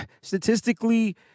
statistically